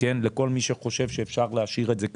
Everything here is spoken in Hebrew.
לכל מי שחושב שאפשר להשאיר את זה כך.